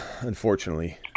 Unfortunately